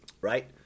right